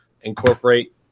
incorporate